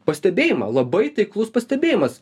pastebėjimą labai taiklus pastebėjimas